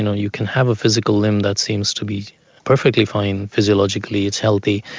know, you can have a physical limb that seems to be perfectly fine physiologically, it's healthy,